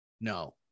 No